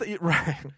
right